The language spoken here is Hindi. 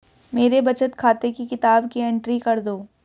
मेरे बचत खाते की किताब की एंट्री कर दो?